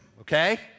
okay